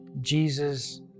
Jesus